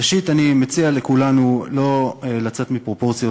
ראשית, אני מציע לכולנו לא לצאת מפרופורציות.